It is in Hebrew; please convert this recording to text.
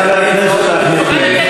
נא לשבת, חבר הכנסת אחמד טיבי.